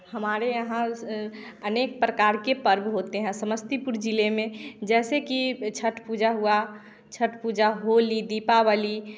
हमारे यहाँ अनेक प्रकार के पर्व होते हैं समस्तीपुर जिले में जैसे कि छठ पूजा हुआ छठ पूजा होली दीपावली